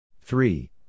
Three